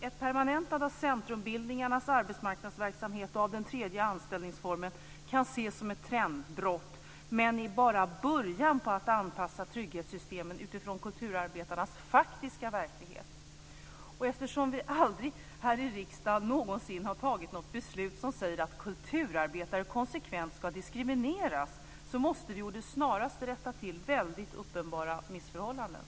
Ett permanentande av centrumbildningarnas arbetsmarknadsverksamhet och av den tredje anställningsformen kan ses som ett trendbrott men är bara början på en anpassning av trygghetssystemen till kulturarbetarnas faktiska verklighet. Eftersom vi aldrig någonsin här i riksdagen har fattat något beslut som säger att kulturarbetare konsekvent ska diskrimineras måste vi snarast rätta till uppenbara missförhållanden.